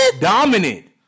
Dominant